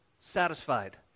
satisfied